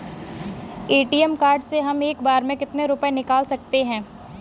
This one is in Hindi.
ए.टी.एम कार्ड से हम एक बार में कितने रुपये निकाल सकते हैं?